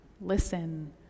listen